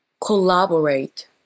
collaborate